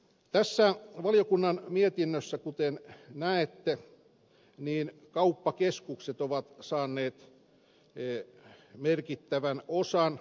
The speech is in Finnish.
tässä valiokunnan mietinnössä kuten näette kauppakeskukset ovat saaneet merkittävän osan